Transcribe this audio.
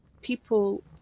people